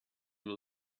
will